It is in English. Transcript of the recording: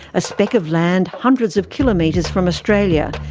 a speck of land hundreds of kilometres from australia,